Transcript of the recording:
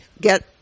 get